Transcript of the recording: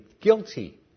guilty